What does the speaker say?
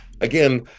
again